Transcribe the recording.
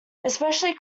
especially